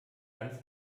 ganz